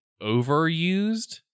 overused